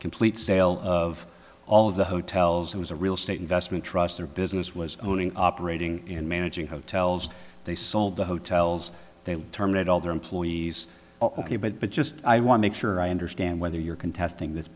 complete sale of all of the hotels it was a real estate investment trust their business was owning operating in managing hotels they sold the hotels they terminate all their employees ok but just i want to make sure i understand whether you're contesting this